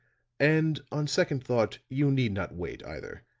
and, on second thought, you need not wait, either.